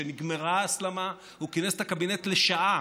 כשנגמרה הסלמה הוא כינס את הקבינט לשעה,